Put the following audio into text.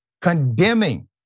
condemning